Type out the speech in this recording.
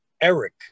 Eric